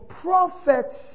prophets